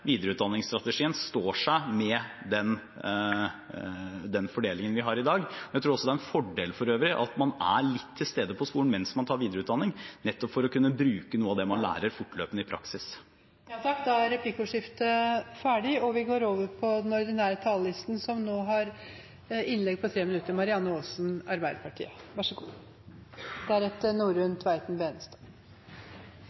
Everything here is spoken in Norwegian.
en fordel for øvrig at man er litt til stede på skolen mens man tar videreutdanning, nettopp for å kunne bruke noe av det man lærer fortløpende i praksis. Replikkordskiftet er dermed over. De talere som heretter får ordet, har en taletid på inntil 3 minutter. Først har jeg lyst å understreke følgende: Når statsråden påstår at Arbeiderpartiet